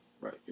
Right